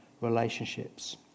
relationships